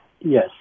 Yes